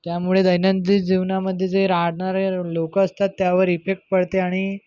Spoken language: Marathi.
त्यामुळे दैनंदिन जीवनामध्ये जे राहणारे लोक असतात त्यावर इफेक्ट पडते आणि